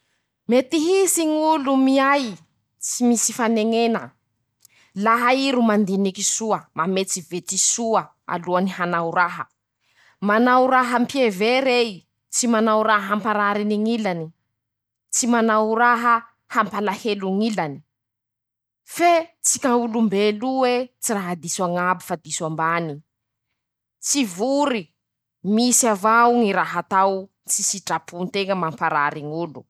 Mety hisy ñ'olo miay tsy misy faneñena: -Laha ii ro mandiniky soa, mametsivetsy soa alohany hanao raha, manao rah'ampiever"ei, tsy manao raha amparary any ñ'ilany, tsy manao raha hampalahelo ñ'ilany, fe tsika olombelo e tsy diso añabo fa diso ambany, tsy vory, misy avao ñy raha atao tsy sitrapo nteña mampar<...>.